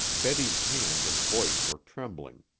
betty's hand and voice were trembling.